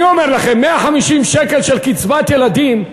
אני אומר לכם, 150 שקלים של קצבת ילדים,